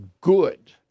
good